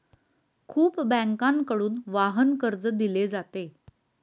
खूप बँकांकडून वाहन कर्ज दिले जाते